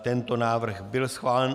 Tento návrh byl schválen.